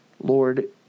Lord